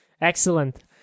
Excellent